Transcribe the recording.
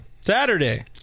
Saturday